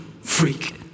freak